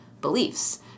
beliefs